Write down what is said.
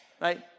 Right